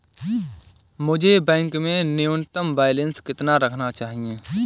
मुझे बैंक में न्यूनतम बैलेंस कितना रखना चाहिए?